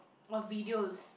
or videos